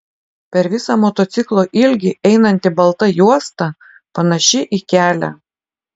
per visą motociklo ilgį einanti balta juosta panaši į kelią